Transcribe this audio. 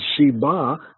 shibah